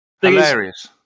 Hilarious